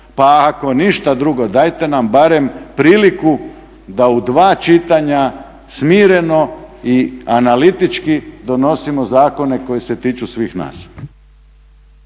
Pa ako ništa drugo dajte nam barem priliku da u dva čitanja smireno i analitički donosimo zakone koji se tiču svih nas.